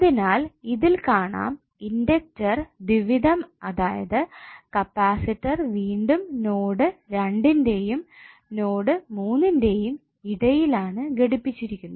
അതിനാൽ ഇതിൽ കാണാം ഇൻഡക്ടർ ദ്വിവിധം അതായത് കപാസിറ്റർ വീണ്ടും നോഡ് 2 ന്റെയും നോഡ് 3 ന്റെയും ഇടയിൽ ആണ് ഘടിപ്പിച്ചിരിക്കുന്നത്